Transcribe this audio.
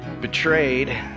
betrayed